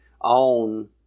on